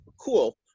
cool